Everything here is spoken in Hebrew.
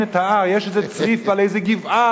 את ההר" יש איזה צריף על איזה גבעה,